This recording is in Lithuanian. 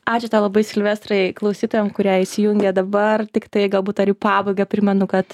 ačiū tau labai silvestrai klausytojam kurie įsijungė dabar tiktai galbūt ar į pabaigą primenu kad